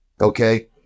okay